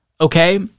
okay